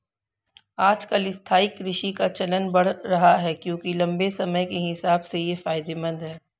आजकल स्थायी कृषि का चलन बढ़ रहा है क्योंकि लम्बे समय के हिसाब से ये फायदेमंद है